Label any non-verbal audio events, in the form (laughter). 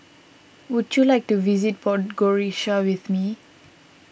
would you like to visit (unintelligible) with me